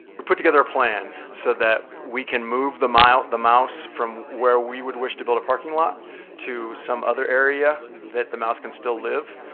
put together a plan so that we can move the mouse the mouse from where we would wish to build a parking lot to some other area that the mouse can still live.